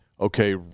okay